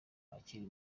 akiri